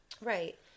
right